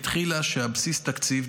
התחילה כשבסיס התקציב,